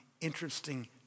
interesting